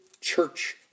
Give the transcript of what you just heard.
church